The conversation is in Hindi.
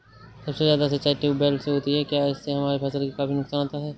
सबसे ज्यादा सिंचाई ट्यूबवेल से होती है क्या इससे हमारे फसल में काफी नुकसान आता है?